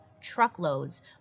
truckloads